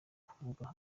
kuvuga